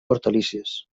hortalisses